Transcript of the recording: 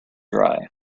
dry